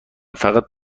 فقط